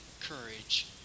courage